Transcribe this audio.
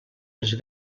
les